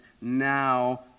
now